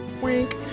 Wink